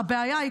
הבעיה היא,